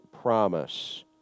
promise